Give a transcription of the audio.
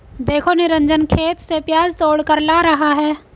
देखो निरंजन खेत से प्याज तोड़कर ला रहा है